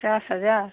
पचास हज़ार